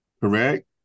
correct